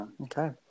Okay